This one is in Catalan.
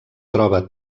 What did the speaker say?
troba